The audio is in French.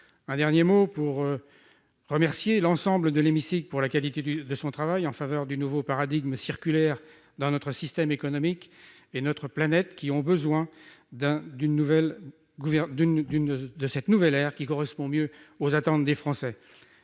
remercier une nouvelle fois l'ensemble de l'hémicycle de la qualité de notre travail en faveur du nouveau paradigme circulaire dont notre système économique et notre planète ont tant besoin : cette nouvelle ère correspond mieux aux attentes des Français.